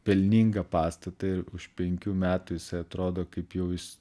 pelningą pastatą ir už penkių metų jisai atrodo kaip jau jis